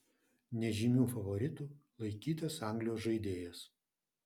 nežymiu favoritu laikytas anglijos žaidėjas